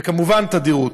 וכמובן התדירות.